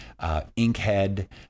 Inkhead